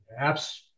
apps